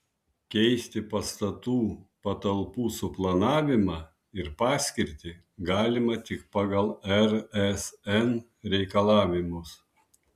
keisti pastatų patalpų suplanavimą ir paskirtį galima tik pagal rsn reikalavimus